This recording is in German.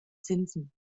zinsen